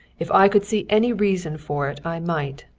if i could see any reason for it i might.